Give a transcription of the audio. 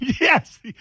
Yes